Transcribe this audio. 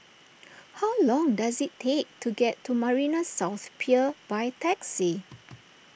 how long does it take to get to Marina South Pier by taxi